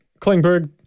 Klingberg